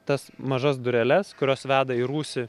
tas mažas dureles kurios veda į rūsį